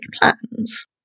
plans